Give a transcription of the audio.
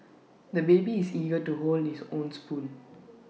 the baby is eager to hold his own spoon